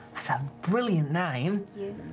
that's a brilliant name.